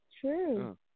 true